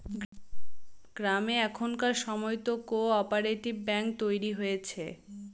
গ্রামে এখনকার সময়তো কো অপারেটিভ ব্যাঙ্ক তৈরী হয়েছে